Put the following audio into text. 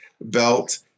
belt